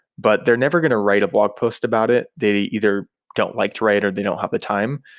but they're never going to write a blog post about it. they they either don't like to write or they don't have the time.